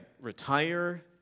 retire